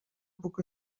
puc